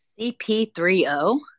CP3O